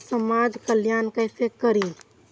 समाज कल्याण केसे करी?